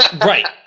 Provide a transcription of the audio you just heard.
Right